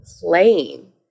playing